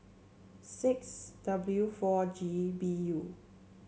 six W four G B U